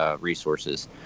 resources